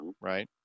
Right